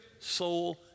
soul